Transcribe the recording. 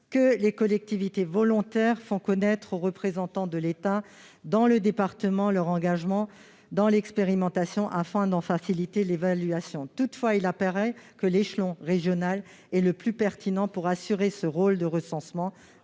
que les collectivités volontaires font connaître au représentant de l'État dans le département leur engagement dans l'expérimentation, afin d'en faciliter l'évaluation. Toutefois, il apparaît que l'échelon régional est le plus pertinent pour assurer ce rôle de recensement.